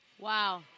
Wow